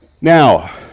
Now